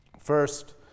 First